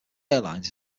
airlines